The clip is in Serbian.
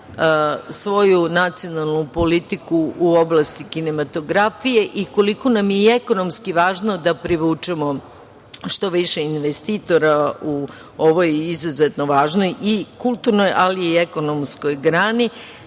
svoju nacionalnu politiku u oblasti kinematografije i koliko nam je i ekonomski važno da privučemo što više investitora u ovoj izuzetno važnoj i kulturnoj, ali i ekonomskoj grani,